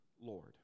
Lord